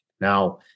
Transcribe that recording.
Now